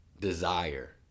desire